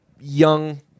young